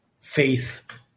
faith